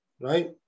right